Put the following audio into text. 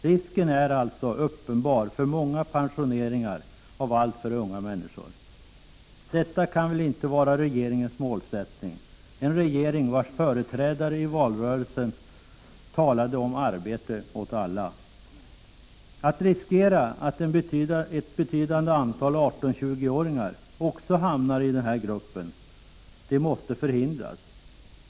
Risken för att det blir många pensioneringar av alltför unga människor är alltså uppenbar. Detta kan väl inte vara målsättningen för regeringen, vars företrädare i valrörelsen talade om arbete åt alla. Riskerna för att också ett betydande antal 18-20-åringar hamnar i denna grupp måste undanröjas.